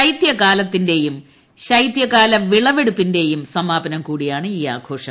ശൈതൃകാലത്തിന്റെയും ശൈതൃകാല വിളവെടുപ്പിന്റെയും സമാപനം കൂടിയാണ് ഈ ആഘോഷം